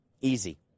Easy